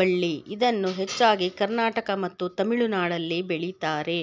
ಬಳ್ಳಿ ಇದನ್ನು ಹೆಚ್ಚಾಗಿ ಕರ್ನಾಟಕ ಮತ್ತು ತಮಿಳುನಾಡಲ್ಲಿ ಬೆಳಿತಾರೆ